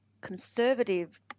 conservative